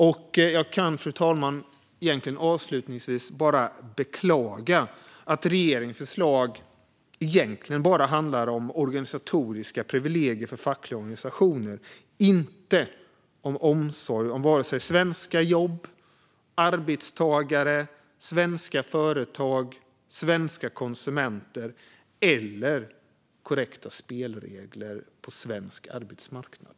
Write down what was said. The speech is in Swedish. Fru talman! Jag kan avslutningsvis bara beklaga att regeringens förslag egentligen bara handlar om organisatoriska privilegier för fackliga organisationer, inte om omsorg om svenska jobb, arbetstagare, svenska företag, svenska konsumenter eller korrekta spelregler på svensk arbetsmarknad.